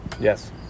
Yes